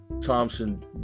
Thompson